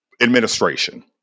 administration